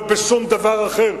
לא בשום דבר אחר,